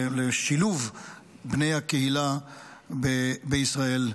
לשילוב בני הקהילה בישראל.